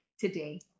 today